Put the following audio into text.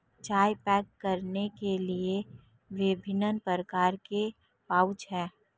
चाय पैक करने के लिए विभिन्न प्रकार के पाउच हैं